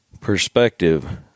perspective